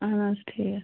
اہن حظ ٹھیٖک